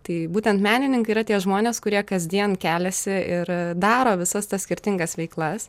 tai būtent menininkai yra tie žmonės kurie kasdien keliasi ir daro visas tas skirtingas veiklas